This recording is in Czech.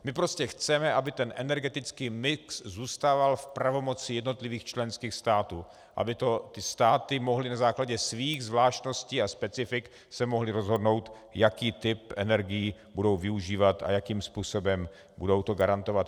My prostě chceme, aby energetický mix zůstával v pravomoci jednotlivých členských států, aby se státy na základě svých zvláštností a specifik mohly rozhodnout, jaký typ energií budou využívat a jakým způsobem to budou garantovat.